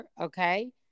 okay